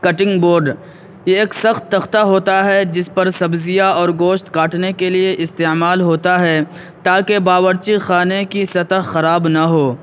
cutting board یہ ایک سخت تختہ ہوتا ہے جس پر سبزیاں اور گوشت کاٹنے کے لیے استعمال ہوتا ہے تاکہ باورچی خانے کی سطح خراب نہ ہو